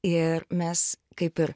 ir mes kaip ir